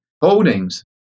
holdings